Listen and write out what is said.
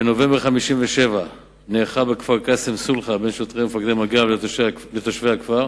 בנובמבר 1957 נערכה בכפר-קאסם סולחה בין שוטרי ומפקדי מג"ב לתושבי הכפר.